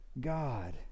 God